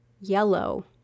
yellow